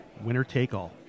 winner-take-all